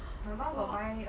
!wah!